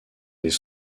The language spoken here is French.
des